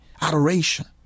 adoration